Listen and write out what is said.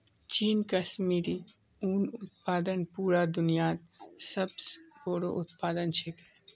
चीन कश्मीरी उन उत्पादनत पूरा दुन्यात सब स बोरो उत्पादक छिके